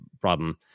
problem